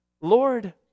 Lord